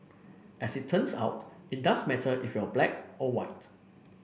as it turns out it does matter if you're black or white